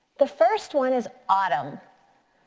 the first one is autumn.